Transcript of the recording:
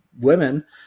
women